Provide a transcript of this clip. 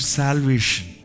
salvation